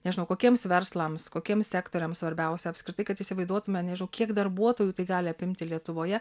nežinau kokiems verslams kokiems sektoriams svarbiausia apskritai kad įsivaizduotume nežinau kiek darbuotojų tai gali apimti lietuvoje